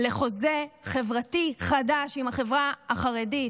לחוזה חברתי חדש עם החברה החרדית,